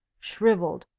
shrivelled,